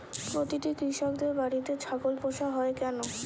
প্রতিটি কৃষকদের বাড়িতে ছাগল পোষা হয় কেন?